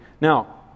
Now